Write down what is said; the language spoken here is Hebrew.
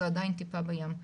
זה עדיין טיפה בים.